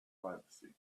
privacy